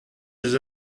les